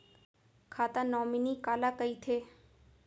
खाता नॉमिनी काला कइथे?